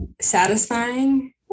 satisfying